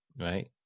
Right